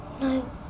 No